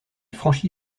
franchit